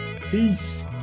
Peace